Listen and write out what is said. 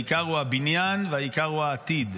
העיקר הוא הבניין, והעיקר הוא העתיד.